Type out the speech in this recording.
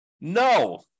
No